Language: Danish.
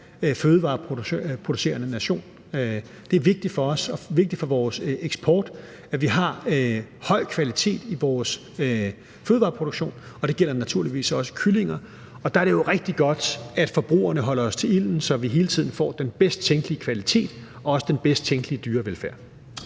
fødevareproducerende nation. Det er vigtigt for os og vigtigt for vores eksport, at vi har høj kvalitet i vores fødevareproduktion, det gælder naturligvis også kyllinger. Der er det jo rigtig godt, at forbrugerne holder os til ilden, så vi hele tiden får den bedst tænkelige kvalitet og også den bedst tænkelige dyrevelfærd.